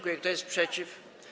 Kto jest przeciw?